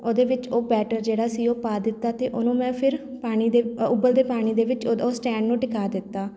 ਉਹਦੇ ਵਿੱਚ ਉਹ ਬੈਟਰ ਜਿਹੜਾ ਸੀ ਉਹ ਪਾ ਦਿੱਤਾ ਅਤੇ ਉਹਨੂੰ ਮੈਂ ਫਿਰ ਪਾਣੀ ਦੇ ਉਬਲਦੇ ਪਾਣੀ ਦੇ ਵਿੱਚ ਉਦ ਉਹ ਸਟੈਂਡ ਨੂੰ ਟਿਕਾ ਦਿੱਤਾ